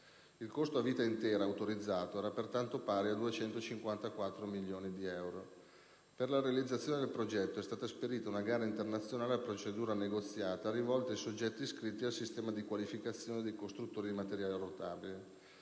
Il costo a vita intera autorizzato era pertanto pari a 254 milioni di euro. Per la realizzazione del progetto è stata esperita una gara internazionale a procedura negoziata, rivolta ai soggetti iscritti al sistema di qualificazione dei costruttori di materiale rotabile.